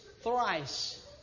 thrice